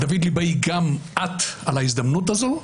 דוד ליבאי גם עט על ההזדמנות הזאת,